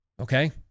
okay